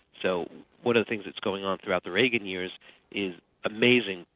so one of the things that's going on throughout the reagan years is amazing,